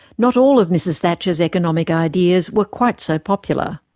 not all of mrs thatcher's economic ideas were quite so popular.